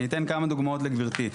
אני אתן כמה דוגמאות לגברתי.